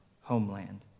homeland